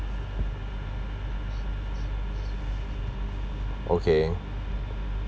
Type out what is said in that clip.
okay